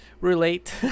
relate